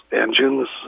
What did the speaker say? engines